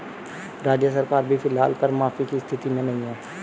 राज्य सरकार भी फिलहाल कर माफी की स्थिति में नहीं है